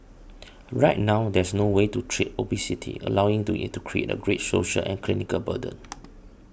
right now there's no way to treat obesity allowing it to create a great social and clinical burden